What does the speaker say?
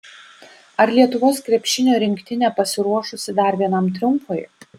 ar lietuvos krepšinio rinktinė pasiruošusi dar vienam triumfui